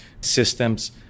systems